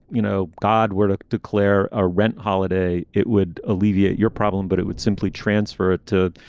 you know, god would declare a rent holiday, it would alleviate your problem, but it would simply transfer to,